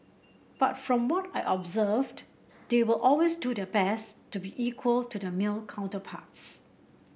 but from what I observed they will always do their best to be equal to their male counterparts